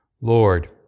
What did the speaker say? Lord